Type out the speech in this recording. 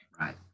Right